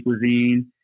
cuisine